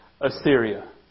Assyria